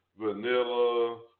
vanilla